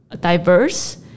diverse